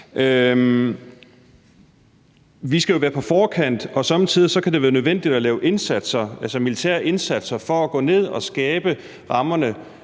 Vi skal være på forkant, og somme tider kan det være nødvendigt at lave indsatser, altså militære indsatser, for at gå ned og skabe rammerne